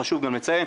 חשוב גם לציין.